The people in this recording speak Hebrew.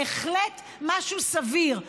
בהחלט משהו סביר,